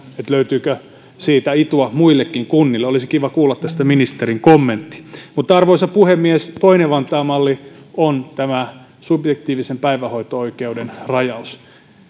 löytyykö siitä itua muillekin kunnille olisi kiva kuulla tästä ministerin kommentti arvoisa puhemies toinen vantaan malli on tämä subjektiivisen päivähoito oikeuden rajaus